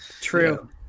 True